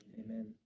Amen